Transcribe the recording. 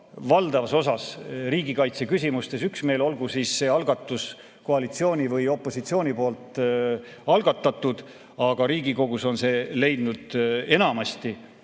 valdavas osas riigikaitseküsimustes üksmeel, olgu see koalitsiooni või opositsiooni algatus, aga Riigikogus on see leidnud enamasti